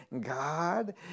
God